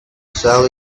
sell